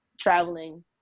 traveling